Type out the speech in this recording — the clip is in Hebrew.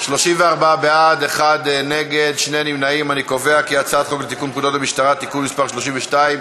את הצעת חוק לתיקון פקודת המשטרה (מס' 32)